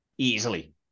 Easily